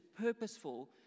purposeful